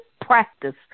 practice